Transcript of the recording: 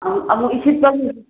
ꯑꯃꯨꯛ ꯏꯁꯤꯠꯄꯒꯤ